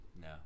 No